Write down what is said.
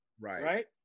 Right